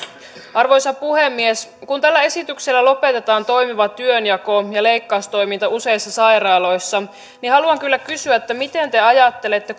arvoisa puhemies kun tällä esityksellä lopetetaan toimiva työnjako ja leikkaustoiminta useissa sairaaloissa niin haluan kyllä kysyä miten te ajattelette